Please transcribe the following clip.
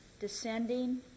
descending